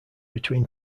between